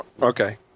Okay